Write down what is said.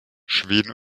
schweden